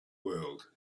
world